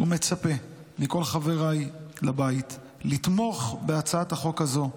ומצפה מכל חבריי לבית לתמוך בהצעת החוק הזאת,